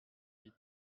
huit